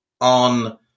on